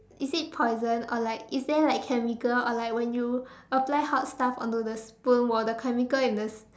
is it poison or like is there like chemical or like when you apply hot stuff onto the spoon will the chemical in the